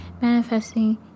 manifesting